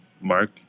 Mark